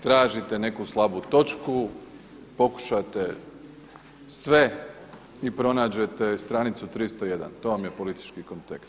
Tražite neku slabu točku, pokušate sve i pronađete stranicu 301 to vam je politički kontekst.